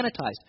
sanitized